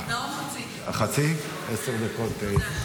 עשר דקות.